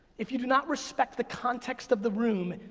if you do not respect the context of the room,